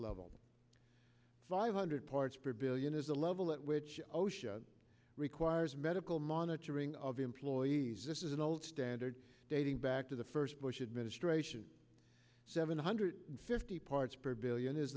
level five hundred parts per billion is the level at which osha requires medical monitoring of employees this is an old standard dating back to the first bush administration seven hundred fifty parts per billion is